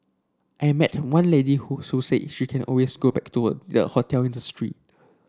I met one lady who so said she can always go back to a their hotel industry